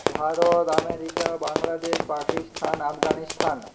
Bharat America Bangladesh Pakistan Afghanistan